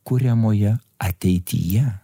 kuriamoje ateityje